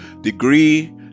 degree